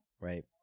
right